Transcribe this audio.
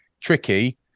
Tricky